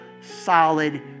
solid